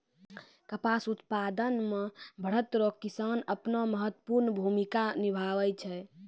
कपास उप्तादन मे भरत रो किसान अपनो महत्वपर्ण भूमिका निभाय छै